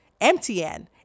MTN